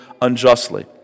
unjustly